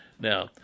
Now